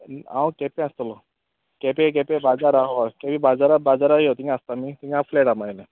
हांव केंप्यां आसतलो केंपे केंपे बाजार हांव हय केंपे बाजारा बाजारा यो थिंगां आसता न्हय थिंगां फ्लॅट आं मागेलें